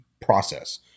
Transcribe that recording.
process